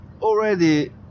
already